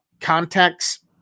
context